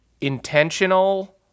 intentional